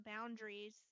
boundaries